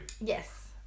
Yes